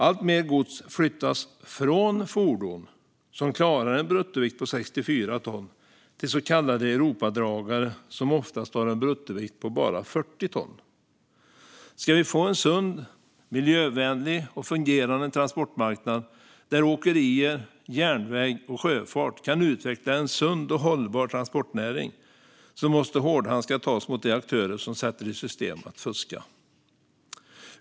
Alltmer gods flyttas från fordon som klarar en bruttovikt på 64 ton till så kallade Europadragare som oftast har en bruttovikt på bara 40 ton. Om vi ska få en sund, miljövänlig och fungerande transportmarknad, där åkerier, järnväg och sjöfart kan utveckla en sund och hållbar transportnäring, måste hårdhandskar tas mot de aktörer som sätter i system att fuska.